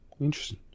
Interesting